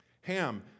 Ham